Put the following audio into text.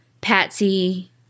Patsy